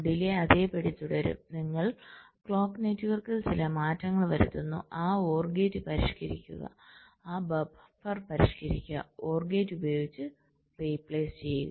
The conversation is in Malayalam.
ഡിലെ അതേപടി തുടരും നിങ്ങൾ ക്ലോക്ക് നെറ്റ്വർക്കിൽ ചില മാറ്റങ്ങൾ വരുത്തുന്നു ആ OR ഗേറ്റ് പരിഷ്ക്കരിക്കുക ആ ബഫർ പരിഷ്ക്കരിക്കുക OR ഗേറ്റ് ഉപയോഗിച്ച് റീപ്ലേസ് ചെയ്യുക